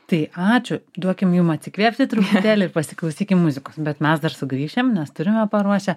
tai ačiū duokim jum atsikvėpti truputėlį ir pasiklausykim muzikos bet mes dar sugrįšim nes turime paruošę